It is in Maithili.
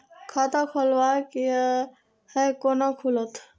खाता खोलवाक यै है कोना खुलत?